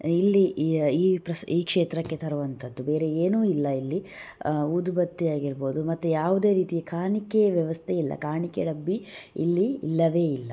ಇಲ್ಲಿ ಈ ಈ ಪ್ರಸ ಈ ಕ್ಷೇತ್ರಕ್ಕೆ ತರುವಂಥದ್ದು ಬೇರೆ ಏನು ಇಲ್ಲ ಇಲ್ಲಿ ಊದುಬತ್ತಿ ಅಗಿರ್ಬೋದು ಮತ್ತು ಯಾವುದೇ ರೀತಿಯ ಕಾಣಿಕೆ ವ್ಯವಸ್ಥೆ ಇಲ್ಲ ಕಾಣಿಕೆ ಡಬ್ಬಿ ಇಲ್ಲಿ ಇಲ್ಲವೇ ಇಲ್ಲ